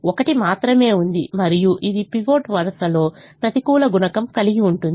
1 మాత్రమే ఉంది మరియు ఇది పైవట్ వరుసలో ప్రతికూల గుణకం కలిగి ఉంటుంది